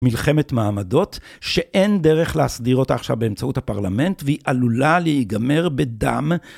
מלחמת מעמדות שאין דרך להסדיר אותה עכשיו באמצעות הפרלמנט והיא עלולה להיגמר בדם.